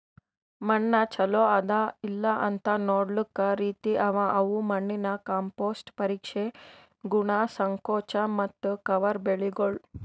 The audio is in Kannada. ಮಣ್ಣ ಚಲೋ ಅದಾ ಇಲ್ಲಾಅಂತ್ ನೊಡ್ಲುಕ್ ರೀತಿ ಅವಾ ಅವು ಮಣ್ಣಿನ ಕಾಂಪೋಸ್ಟ್, ಪರೀಕ್ಷೆ, ಗುಣ, ಸಂಕೋಚ ಮತ್ತ ಕವರ್ ಬೆಳಿಗೊಳ್